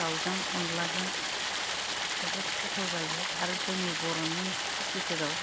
दावजों अनलाजों जोबोद गोथाव जायो आरो जोंनि बर'नि बिथोराव